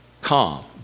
Calm